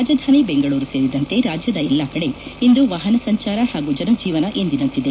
ರಾಜಧಾನಿ ಬೆಂಗಳೂರು ಸೇರಿದಂತೆ ರಾಜ್ಯದ ಎಲ್ಲಾ ಕಡೆ ಇಂದು ವಾಹನ ಸಂಚಾರ ಹಾಗೂ ಜನಜೀವನ ಎಂದಿನಂತಿದೆ